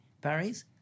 Paris